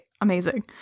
Amazing